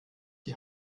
die